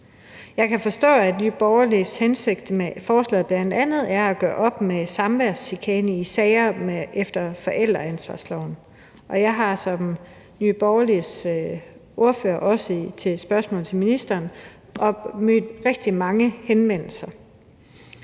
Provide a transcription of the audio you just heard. Jeg kan forstå, at Nye Borgerliges hensigt med forslaget bl.a. er at gøre op med samværschikane i sager efter forældreansvarsloven. Jeg har ligesom Nye Borgerliges ordfører, som det fremgik af dennes spørgsmål til ministeren, også fået rigtig mange henvendelser,